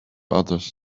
others